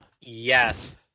Yes